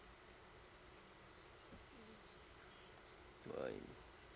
bye